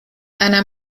einer